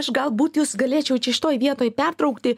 aš galbūt jus galėčiau čia šitoj vietoj pertraukti